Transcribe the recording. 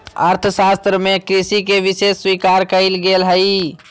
अर्थशास्त्र में कृषि के विशेष स्वीकार कइल गेल हइ